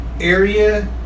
area